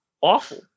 awful